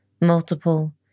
Multiple